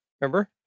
Remember